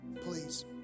Please